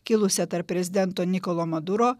kilusią tarp prezidento nikolo maduro